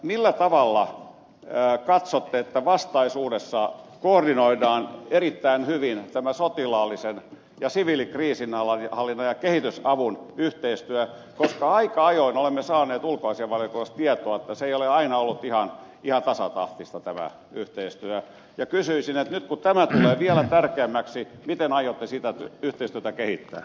millä tavalla katsotte että vastaisuudessa koordinoidaan erittäin hyvin tämä sotilaallisen ja siviilikriisinhallinnan ja kehitysavun yhteistyö koska aika ajoin olemme saaneet ulkoasiainvaliokunnasta tietoa että ei ole aina ollut ihan tasatahtista tämä yhteistyö ja nyt kun tämä tulee vielä tärkeämmäksi miten aiotte sitä yhteistyötä kehittää